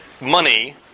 money